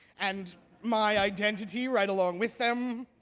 and my identity right along with them.